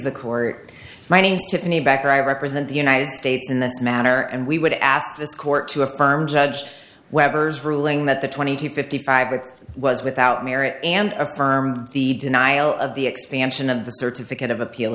the court my name tiffany backer i represent the united states in the matter and we would ask this court to affirm judge weber's ruling that the twenty to fifty five it was without merit and affirmed the denial of the expansion of the certificate of appeal